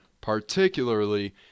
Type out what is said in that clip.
particularly